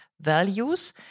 values